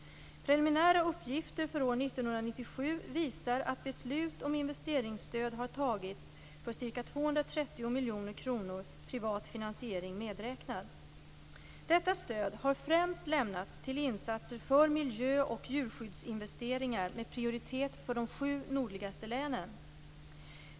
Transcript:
Preliminära uppgifter för år 1997 visar att beslut om investeringsstöd för ca 230 miljoner kronor, privat finansiering medräknad, har fattats. Detta stöd har främst lämnats till insatser för miljö och djurskyddsinvesteringar med prioritet för de sju nordligaste länen.